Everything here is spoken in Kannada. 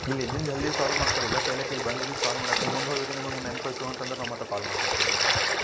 ಇಲ್ಲ ಇದ್ದಿನ ಜಲ್ದಿ ಸಾಲ್ವ್ ಮಾಡ್ಕೊರಿ ಇಲ್ಲ ಪೆಲೇಕ ಇಲ್ಲ ಬಂದ ಇಲ್ಲಿ ಸಾಲ್ವ್ ಮಾಡಾಕ್ರಿ ಮುಂದು ಹೋದುರಿ ನಿಮ್ಗ ನೆನಪು ಹೋಯಿತು ಅಂತಂದ್ರ ನಾವು ಮತ್ತು ಕಾಲ್ ಮಾಡ್ಕೊತ ಕೂಡ್ಬೇಕು ಐತದ